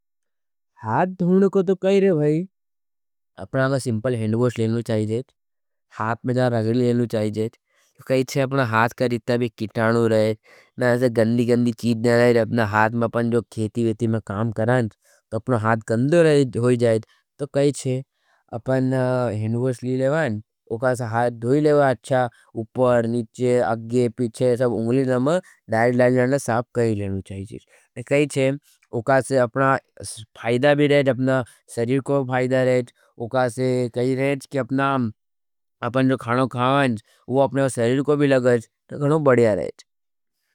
हाथ धोने का तो भाई अपना सिंपल हजंडवॉश लेना जायच हज। हाथ पर जाए रगड़ी लियो जायच। कई छे अपने हाथ का जितना कीटाणु भी छे, ना ऐसी गंदी गंदी चीज ना रखनी अपने हाथ में। अपन खेती वेती में काम करच, अपनों हाथ गंदा होयी जायच। तो कई छे अपन हाड़वाश ले लावा, ऐसा हाथ धो लेवा उपर नीचे, आगे पीछे। ओ का से अपना फ़ायदा भी रहे शरीर का। अपन जो खाना खवाच वो अपना शरीर को भी लगच।